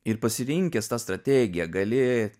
ir pasirinkęs tą strategiją gali